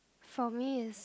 for me is